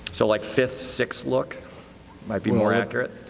so like fifth, sixth look might be more accurate?